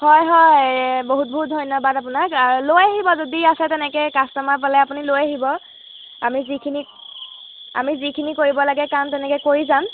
হয় হয় বহুত বহুত ধন্যবাদ আপোনাক লৈ আহিব যদি আছে তেনেকৈ কাষ্টমাৰ পালে আপুনি লৈ আহিব আমি যিখিনি আমি যিখিনি কৰিব লাগে কাম তেনেকৈ কৰি যাম